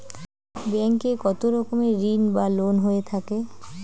Bank এ কত রকমের ঋণ বা লোন হয়ে থাকে?